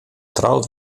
troud